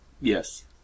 Yes